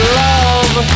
love